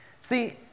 See